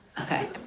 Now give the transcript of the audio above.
Okay